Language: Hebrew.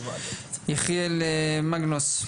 יחיאל מגנוס.